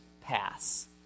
pass